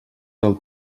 del